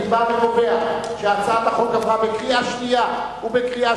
אני בא וקובע שהצעת החוק שעברה בקריאה שנייה ובקריאה